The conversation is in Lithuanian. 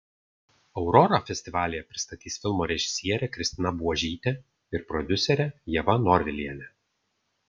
aurorą festivalyje pristatys filmo režisierė kristina buožytė ir prodiuserė ieva norvilienė